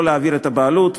לא להעביר את הבעלות,